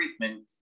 treatment